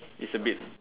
it's a bit